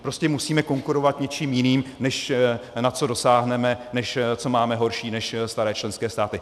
Prostě musíme konkurovat něčím jiným, než na co dosáhneme, než co máme horší než staré členské státy.